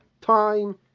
time